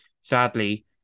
sadly